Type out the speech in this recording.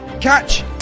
catch